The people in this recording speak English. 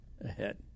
ahead